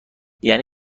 یعنی